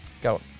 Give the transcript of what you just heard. Go